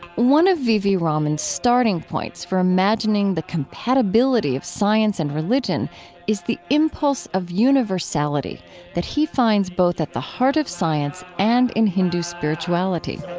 one of v v. raman's starting points for imagining the compatibility of science and religion is the impulse of universality that he finds both at the heart of science and in hindu spirituality